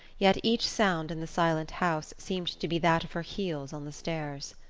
yet each sound in the silent house seemed to be that of her heels on the stairs.